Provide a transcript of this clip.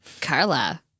Carla